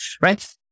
right